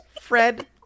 Fred